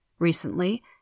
Recently